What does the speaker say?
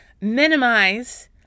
minimize